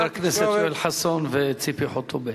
חברי הכנסת יואל חסון וציפי חוטובלי,